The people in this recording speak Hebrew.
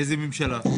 איזה ממשלה?